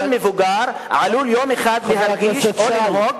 מבוגר עלול יום אחד להרגיש או לנהוג,